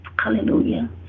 Hallelujah